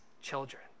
children